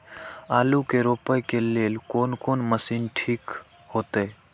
आलू के रोपे के लेल कोन कोन मशीन ठीक होते?